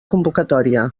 convocatòria